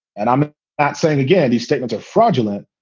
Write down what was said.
and i'm not saying, again, these statements are fraudulent,